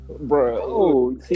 Bro